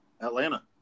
Atlanta